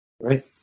right